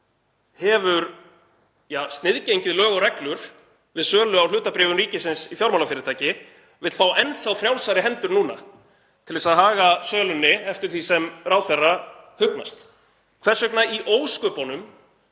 hefur sniðgengið lög og reglur við sölu á hlutabréfum ríkisins í fjármálafyrirtæki vill fá enn þá frjálsari hendur núna til þess að haga sölunni eftir því sem ráðherra hugnast. Hvers vegna í ósköpunum